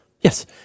Yes